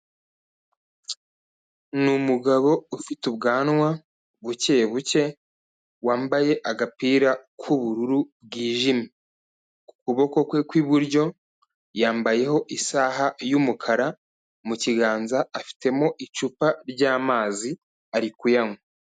Ni umugabo ufite ubwanwa buke buke, wambaye agapira k'ubururu bwijimye, ukuboko kwe kw'iburyo yambayeho isaha y'umukara, mu kiganza afitemo icupa ry'amazi, ari kuyanywa.